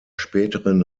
späteren